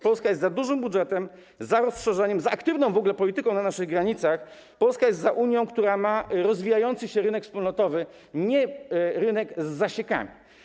Polska jest za dużym budżetem, za rozszerzeniem, za aktywną polityką na naszych granicach, Polska jest za Unią, która ma rozwijający się rynek wspólnotowy, nie rynek z zasiekami.